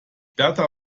berta